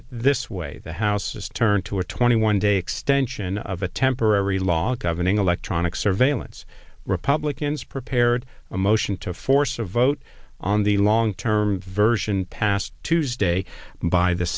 it this way the house has turned to a twenty one day extension of a temporary law governing electronic surveillance republicans prepared a motion to force a vote on the long term version past tuesday by the